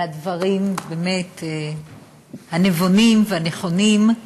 על הדברים הנבונים והנכונים,